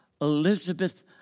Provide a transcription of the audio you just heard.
Elizabeth